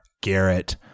Garrett